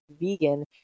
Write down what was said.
vegan